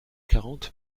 quarante